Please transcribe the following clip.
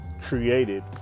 created